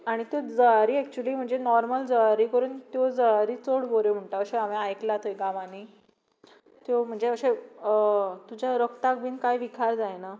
आनी त्यो जळारी एक्चुली म्हणजे नोर्मल जळारी करून त्यो जळारी चड बऱ्यो म्हणटा अशें हांवें आयकलां थंय गांवांनी त्यो म्हणजे अशें तुज्या रगताक बीन कांय विखार जायना